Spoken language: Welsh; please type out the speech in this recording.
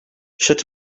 sut